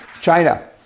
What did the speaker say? China